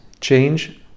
change